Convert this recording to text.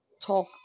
talk